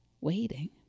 waiting